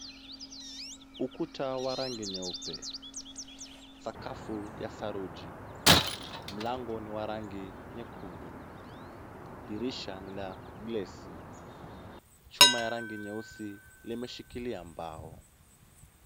Ukuta wa rangi nyeupe, sakafu ya saruji, mlango ni wa rangi nyekundu, dirisha ni la glesi . Chuma ya rangi nyeusi limeshikilia mbao.